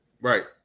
Right